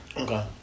Okay